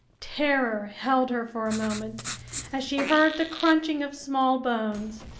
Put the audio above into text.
terror held her for a moment as she heard the crunching of small bones,